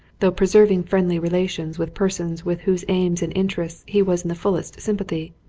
though preserving friendly relations with persons with whose aims and interests he was in the fullest sympathy,